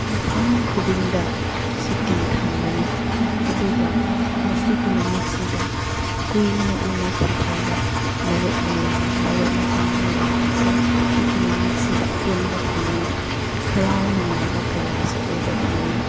ꯃꯐꯝ ꯈꯨꯗꯤꯡꯗ ꯁꯨꯇꯤ ꯊꯝꯕꯅꯤ ꯑꯗꯨꯒ ꯃꯁꯤꯒꯤ ꯅꯨꯃꯤꯠꯁꯤꯗ ꯀꯨꯏꯅ ꯎꯅꯈꯤꯗ꯭ꯔꯕ ꯃꯔꯨꯞ ꯃꯌꯥꯝ ꯃꯔꯨꯞ ꯃꯄꯥꯡ ꯃꯌꯥꯝꯁꯨ ꯃꯁꯤꯒꯤ ꯅꯨꯃꯤꯠꯁꯤꯗ ꯄꯨꯟꯕ ꯐꯪꯉꯤ ꯍꯔꯥꯎ ꯅꯨꯡꯉꯥꯏꯕ ꯀꯌꯥꯁꯨ ꯎꯕ ꯐꯪꯉꯤ